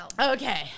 Okay